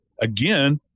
again